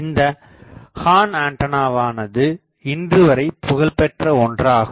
இந்த ஹார்ன்ஆண்டனாவானது இன்றுவரை புகழ்பெற்ற ஒன்றாகும்